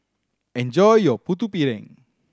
enjoy your Putu Piring